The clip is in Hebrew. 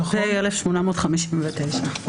פ/1859.